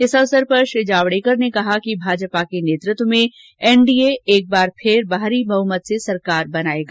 इस अवसर पर श्री जावडेकर ने कहा कि भाजपा के नेतृत्व में एनडीए एक बार फिर भारी बहुमत से सरकार बनाएगा